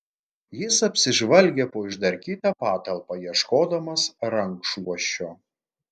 jis apsižvalgė po išdarkytą patalpą ieškodamas rankšluosčio